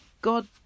god